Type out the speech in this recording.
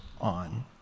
on